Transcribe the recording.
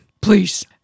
please